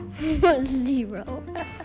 Zero